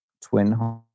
Twin